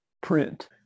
print